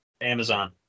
Amazon